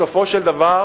בסופו של דבר,